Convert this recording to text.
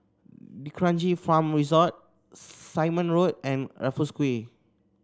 D'Kranji Farm Resort Simon Road and Raffles Quay